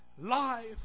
life